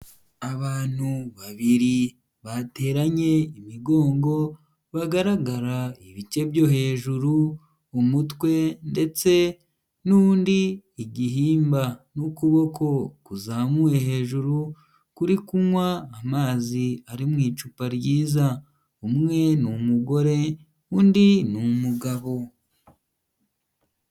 Abantu babiri bateranye imigongo bagaragara ibice byo hejuru umutwe ndetse n'undi igihimba, n'ukuboko kuzamuye hejuru kuri kunywa amazi ari mu icupa ryiza umwe ni umugore undi ni umugabo.